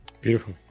beautiful